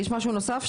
יש משהו נוסף?